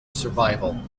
survival